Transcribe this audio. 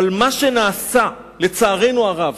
אבל מה שנעשה, לצערנו הרב,